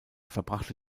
verbrachte